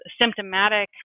symptomatic